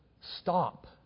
Stop